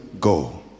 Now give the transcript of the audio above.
go